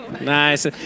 Nice